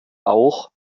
auch